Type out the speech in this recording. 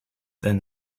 then